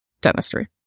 dentistry